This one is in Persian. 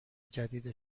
جدید